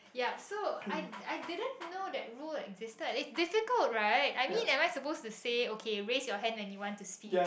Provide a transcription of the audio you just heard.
ya so I I didn't know that rule existed right it's difficult right I mean am I supposed to say okay raise your hand when you want to speak